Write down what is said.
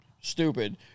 stupid